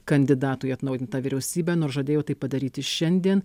kandidatų į atnaujintą vyriausybę nors žadėjo tai padaryti šiandien